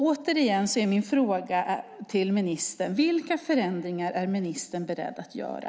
Återigen är min fråga till ministern: Vilka förändringar är ministern beredd att göra?